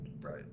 Right